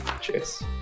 Cheers